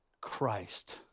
Christ